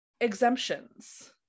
exemptions